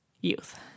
youth